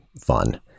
fun